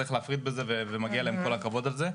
צריך להפריד בזה ומגיע להם כל הכבוד על זה.